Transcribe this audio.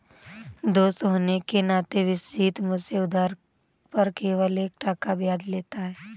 दोस्त होने के नाते विश्वजीत मुझसे उधार पर केवल एक टका ब्याज लेता है